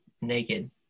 naked